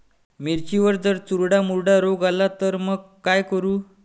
मिर्चीवर जर चुर्डा मुर्डा रोग आला त मंग का करू?